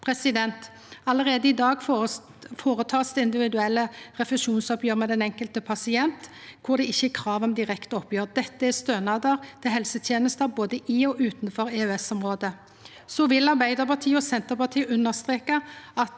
kapittel 5. Allereie i dag blir det føreteke individuelle refusjonsoppgjer med den enkelte pasient, der det ikkje er krav om direkte oppgjer. Dette er stønader til helsetenester både i og utanfor EØS-området. Så vil Arbeidarpartiet og Senterpartiet understreka,